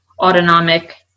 autonomic